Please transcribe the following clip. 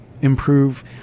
improve